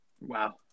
Wow